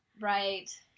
right